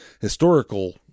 historical